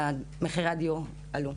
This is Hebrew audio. מחירי הדיור עלו,